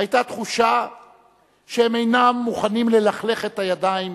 היתה תחושה שהם אינם מוכנים ללכלך את הידיים